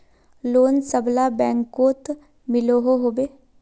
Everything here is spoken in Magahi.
लोन सबला बैंकोत मिलोहो होबे?